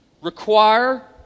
require